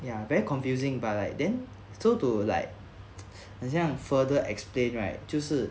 ya very confusing but like so to like 很像 further explain right 就是